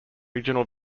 regional